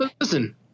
Listen